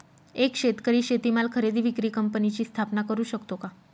एक शेतकरी शेतीमाल खरेदी विक्री कंपनीची स्थापना करु शकतो का?